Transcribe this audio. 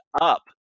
up